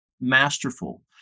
masterful